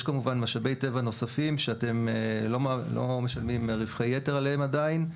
יש כמובן משאבי טבע נוספים שאתם לא משלמים רווחי יתר עליהם עדיין.